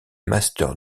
master